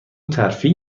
ترفیع